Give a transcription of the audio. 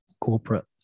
corporate